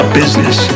business